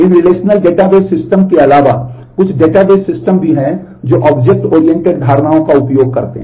इन relational database system के अलावा कुछ डेटाबेस सिस्टम भी हैं जो ऑब्जेक्ट ओरिएंटेड धारणाओं का उपयोग करते हैं